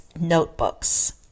notebooks